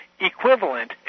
equivalent